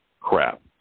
crap